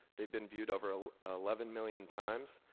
they have been viewed over ah ah eleven million times.